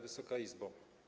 Wysoka Izbo!